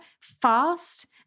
fast